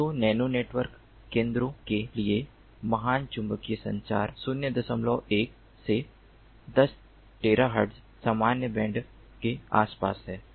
तो nano network केंद्रों के लिए महान चुंबकीय संचार 01 से 10 टेराहर्ट्ज़ सामान्य बैंड के आसपास है